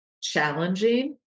challenging